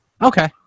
Okay